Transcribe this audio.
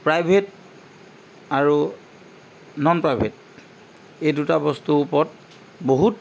private আৰু non private এই দুটা বস্তুৰ ওপৰত বহুত